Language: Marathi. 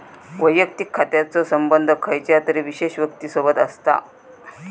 वैयक्तिक खात्याचो संबंध खयच्या तरी विशेष व्यक्तिसोबत असता